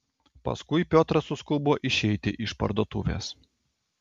paskui piotras suskubo išeiti iš parduotuvės